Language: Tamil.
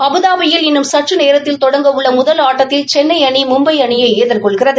அபுதாபியில் இன்னும் சற்று நேத்தில் தொடங்க உள்ள முதல் ஆட்டத்தில் சென்னை அணி மும்பை அணியை எதிர்கொள்கிறது